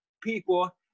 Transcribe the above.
people